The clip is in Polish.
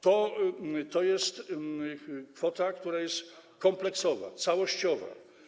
To jest kwota, która jest kompleksowa, całościowa.